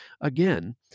again